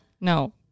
No